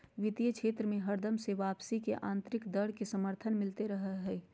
वित्तीय क्षेत्र मे हरदम से वापसी के आन्तरिक दर के समर्थन मिलते रहलय हें